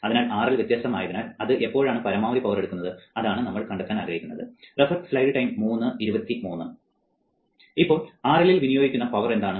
അതിനാൽ RL വ്യത്യസ്തമായതിനാൽ അത് എപ്പോഴാണ് പരമാവധി പവർ എടുക്കുന്നത് അതാണ് നമ്മൾ കണ്ടെത്താൻ ആഗ്രഹിക്കുന്നത് ഇപ്പോൾ RL ൽ വിനിയോഗിക്കുന്ന പവർ എന്താണ്